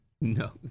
No